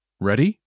Ready